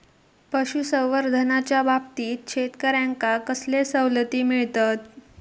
पशुसंवर्धनाच्याबाबतीत शेतकऱ्यांका कसले सवलती मिळतत?